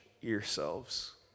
yourselves